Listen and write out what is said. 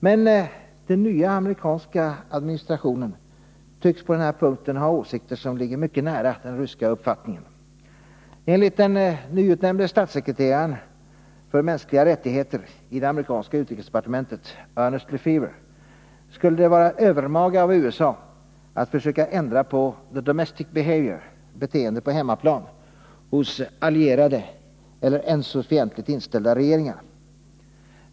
Men den nya amerikanska administrationen tycks på denna punkt ha åsikter som ligger mycket nära den ryska uppfattningen. Enligt den nyutnämnde statssekreteraren för mänskliga rättigheter i det amerikanska utrikesdepartementet, Ernest Lefever, skulle det vara övermaga av USA att försöka ändra på ”the domestic behaviour” — beteendet på hemmaplan — hos allierade eller ens hos fientligt inställda regeringar.